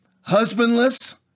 husbandless